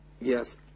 yes